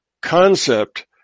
concept